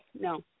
no